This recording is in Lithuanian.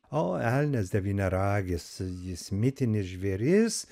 o elnias devyniaragis jis mitinis žvėris